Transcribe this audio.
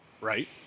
right